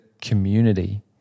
community